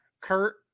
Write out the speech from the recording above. Kurt